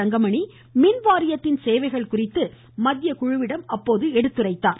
தங்கமணி மின்வாரியத்தின் சேவைகள் குறித்து மத்திய குழுவிடம் எடுத்துரைத்தார்